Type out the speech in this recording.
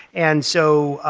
and so.